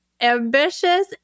ambitious